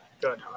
Good